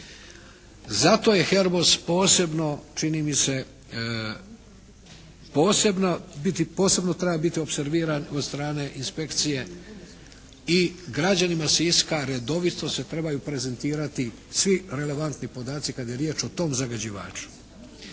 Zato je "Herbos" posebno čini mi se, treba posebno biti opserviran od strane inspekcije i građanima Siska redovito se trebaju prezentirati svi relevantni podaci kada je riječ o tom zagađivaču.